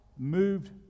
moved